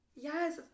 Yes